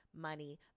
money